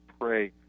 pray